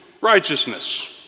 Righteousness